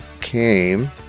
came